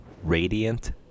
Radiant